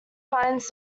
finds